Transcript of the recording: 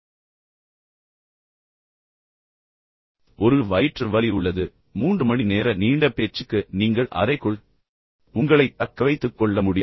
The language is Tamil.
எனவே ஒரு வயிற்று வலி உள்ளது எனவே மூன்று மணி நேர நீண்ட பேச்சுக்கு நீங்கள் அறைக்குள் உங்களைத் தக்கவைத்துக் கொள்ள முடியாது